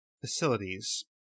Facilities